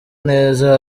neza